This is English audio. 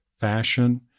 fashion